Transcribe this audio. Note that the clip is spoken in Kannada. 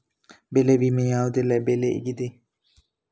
ಬೆಳೆ ವಿಮೆ ಯಾವುದೆಲ್ಲ ಬೆಳೆಗಿದೆ?